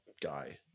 guy